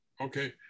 Okay